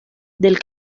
del